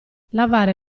lavare